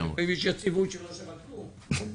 לפעמים יש יציבות שלא שווה כלום...